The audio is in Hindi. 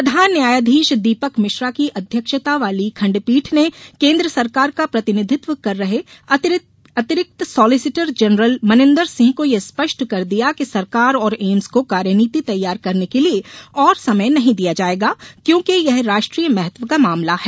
प्रधान न्यायाधीश दीपक मिश्रा की अध्यक्षता वाली खण्डपीठ ने केन्द्र सरकार का प्रतिनिधित्व कर रहे अतिरिक्त सॉलिसिटर जनरल मनिन्दर सिंह को यह स्पष्ट कर दिया कि सरकार और एम्स को कार्यनीति तैयार करने के लिए और समय नहीं दिया जायेगा क्योंकि यह राष्ट्रीय महत्व का मामला है